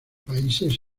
países